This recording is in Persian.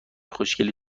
خوشگلی